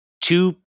two